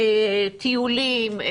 טיולים.